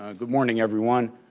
ah good morning everyone.